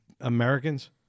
Americans